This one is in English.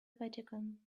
vatican